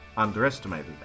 underestimated